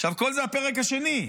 כל זה הפרק השני.